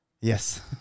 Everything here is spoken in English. Yes